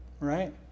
right